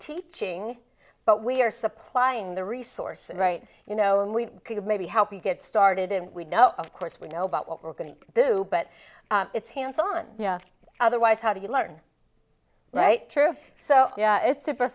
teaching but we are supplying the resources right you know and we could maybe help you get started and we know of course we know about what we're going to do but it's hands on otherwise how do you learn right true so yeah it's super